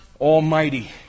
Almighty